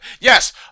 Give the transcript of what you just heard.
Yes